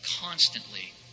constantly